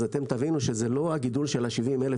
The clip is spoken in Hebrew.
אז אתם תבינו שזה לא הגידול של ה-70 אלף